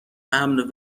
امن